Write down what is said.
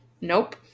Nope